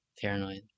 Paranoid